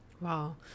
Wow